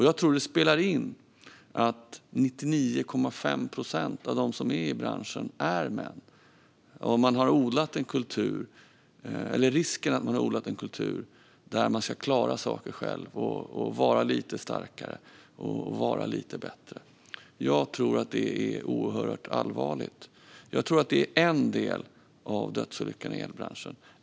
Jag tror att det spelar in att 99,5 procent av dem som är i branschen är män och att risken finns att en kultur har odlats där man ska klara saker själv och vara lite starkare och lite bättre. Jag tror att det är oerhört allvarligt, och jag tror att det är en del när det gäller dödsolyckorna i elbranschen.